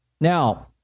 now